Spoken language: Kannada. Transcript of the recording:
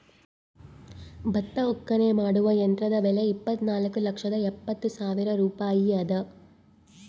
ಭತ್ತ ಒಕ್ಕಣೆ ಮಾಡುವ ಯಂತ್ರದ ಬೆಲೆ ಇಪ್ಪತ್ತುನಾಲ್ಕು ಲಕ್ಷದ ಎಪ್ಪತ್ತು ಸಾವಿರ ರೂಪಾಯಿ ಅದ